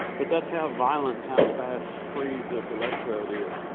but that's how violent how fast freeze this electrode is.